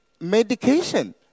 medication